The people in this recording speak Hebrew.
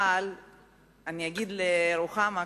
אבל אני אגיד לרוחמה,